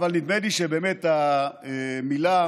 אבי דיכטר (הליכוד):